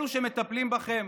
את אלו שמטפלים בכם,